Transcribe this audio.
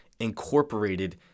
incorporated